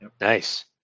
Nice